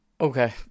okay